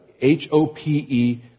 H-O-P-E